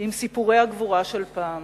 עם סיפורי הגבורה של פעם.